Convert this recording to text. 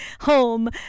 home